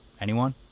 anyone?